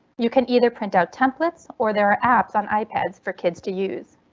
you can either print out templates or there are apps on ipads for kids to use.